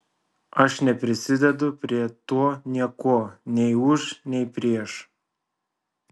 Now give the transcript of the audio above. aš neprisidedu prie to niekuo nei už nei prieš